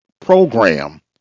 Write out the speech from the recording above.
program